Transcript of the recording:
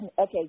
Okay